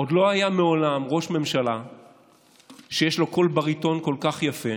עוד לא היה מעולם ראש ממשלה שיש לו קול בריטון כל כך יפה,